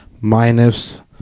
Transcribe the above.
minus